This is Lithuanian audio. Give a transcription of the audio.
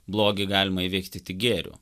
blogį galima įveikti tik gėriu